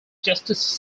justice